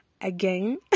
again